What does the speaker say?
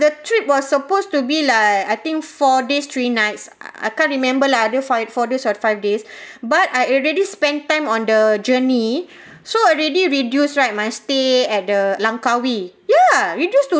the trip was supposed to be like I think four days three nights I I can't remember lah either five four days or five days but I already spend time on the journey so already reduced right my stay at the langkawi ya reduced to